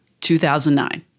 2009